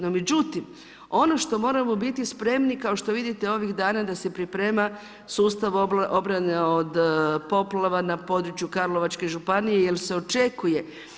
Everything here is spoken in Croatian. No, međutim, ono što moramo biti spremni kao što vidite ovih dana da se priprema sustav obrane od poplava na području Karlovačke županije jer se očekuje.